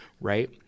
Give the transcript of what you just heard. right